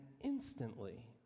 instantly